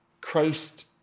Christ